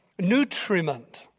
nutriment